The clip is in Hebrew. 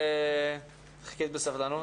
חיכית בסבלנות,